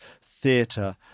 theatre